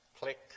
Click